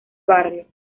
barrio